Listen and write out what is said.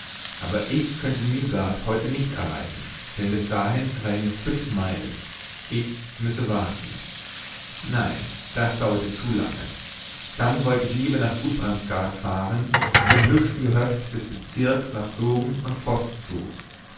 aber ich könnte nygard heute nicht erreichen denn bis dahin seien es fünf meilen ich müsse warten nein das dauerte zu lange dann wollte ich lieber nach gudbrandsgard fahren dem höchsten gehöft des bezirks nach sogn und voß zu